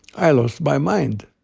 i lost my mind!